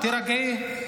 לא, תירגעי.